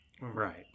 Right